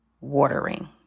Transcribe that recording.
watering